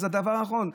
אז זה הדבר האחרון.